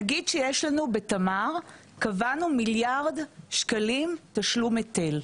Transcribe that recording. נגיד שבתמר, קבענו מיליארד שקלים תשלום היטל,